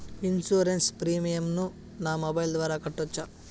Insurance premium ను నా mobile ద్వారా కట్టొచ్చా?